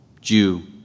Jew